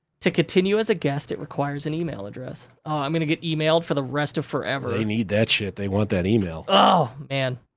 to continue as a guest, it requires an email address. oh, i'm gonna get emailed for the rest of forever. they need that shit, they want that email. oh, man.